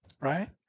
Right